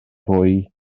fwy